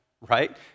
right